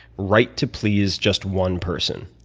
write to please just one person.